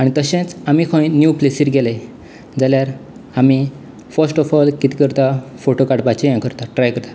आनी तशेंच आमी खंय न्यू प्लेसिर गेलें जाल्यार आमी फस्ट ऑफ ऑल कितें करतात फोटो काडपाचे हें करता ट्राय करता